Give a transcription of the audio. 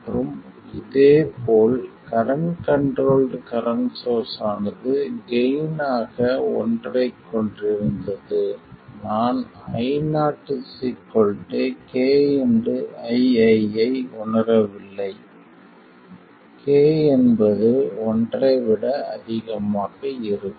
மற்றும் இதேபோல் current controlled current source ஆனது கெய்ன் ஆக ஒன்றைக் கொண்டிருந்தது நான் Io k ii ஐ உணரவில்லை k என்பது ஒன்றை விட அதிகமாக இருக்கும்